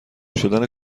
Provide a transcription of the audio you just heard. شدن